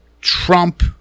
Trump